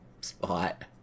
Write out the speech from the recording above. spot